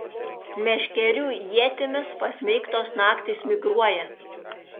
meškerių ietimis pasmeigtos naktys migruoja